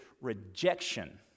rejection